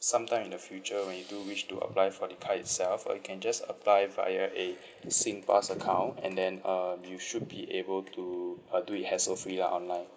sometime in the future when you do wish to apply for the card itself or you can just apply via a SingPass account and then um you should be able to uh do it hassle free lah online